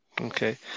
Okay